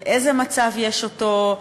באיזה מצב יש אותו?